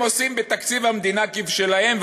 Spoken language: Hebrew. הם עושים בתקציב המדינה כבשלהם.